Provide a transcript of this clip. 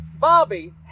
Bobby